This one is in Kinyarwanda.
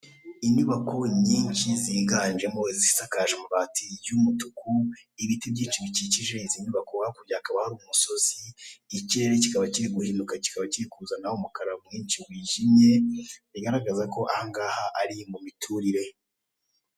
Inyubako nyinshi ziganjemo izisakajwe amabati y'umutuku, ibiti byinshi bikikije izi nyubako, hakurya hakaba hari umusozi, ikirere kikaba kiri guhinduka, kikaba kiri kuzana umukara mwinshi wijimye, bigaragaza ko aha ari mu miturire.